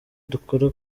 dukora